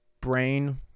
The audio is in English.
brain